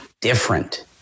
different